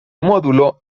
módulo